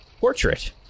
portrait